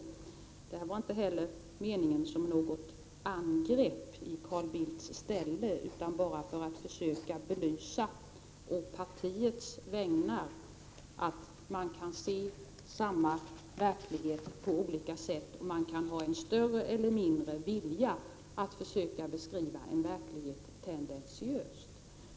Min avsikt var inte heller att göra något angrepp i Carl Bildts ställe, utan jag ville å partiets vägnar belysa att man kan se samma verklighet på olika sätt, och man kan ha större eller mindre vilja att försöka beskriva en verklighet tendentiöst.